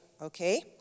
okay